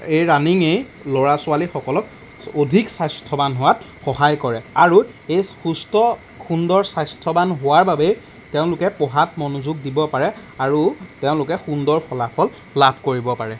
এই ৰানিঙেই ল'ৰা ছোৱালীসকলক অধিক স্বাস্থ্যৱান হোৱাত সহায় কৰে আৰু এই সুস্থ সুন্দৰ স্বাস্থ্যৱান হোৱাৰ বাবেই তেওঁলোকে পঢ়াত মনোযোগ দিব পাৰে আৰু তেওঁলোকে সুন্দৰ ফলাফল লাভ কৰিব পাৰে